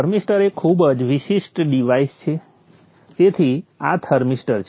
thermistor એ ખૂબ જ વિશિષ્ટ ડિવાઈસ છે તેથી આ થર્મિસ્ટર છે